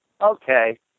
okay